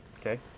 Okay